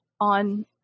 on